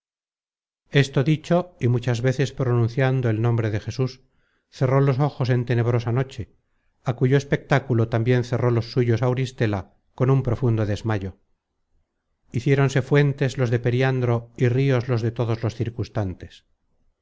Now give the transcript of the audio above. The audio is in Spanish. esto dicho y muchas veces pronunciando el nombre de jesus cerró los ojos en tenebrosa noche á cuyo espectáculo tambien cerró los suyos auristela con un profundo desmayo hiciéronse fuentes los de periandro y rios los de todos los